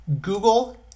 Google